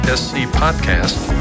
scpodcast